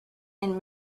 and